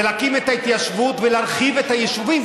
זה להקים את ההתיישבות ולהרחיב את היישובים.